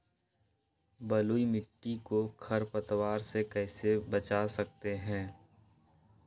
बलुई मिट्टी को खर पतवार से कैसे बच्चा सकते हैँ?